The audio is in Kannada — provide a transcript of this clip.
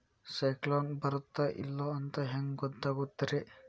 ಸೈಕ್ಲೋನ ಬರುತ್ತ ಇಲ್ಲೋ ಅಂತ ಹೆಂಗ್ ಗೊತ್ತಾಗುತ್ತ ರೇ?